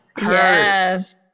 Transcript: yes